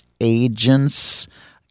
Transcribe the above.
agents